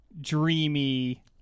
dreamy